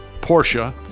Porsche